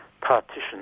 partition